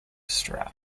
strap